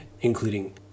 including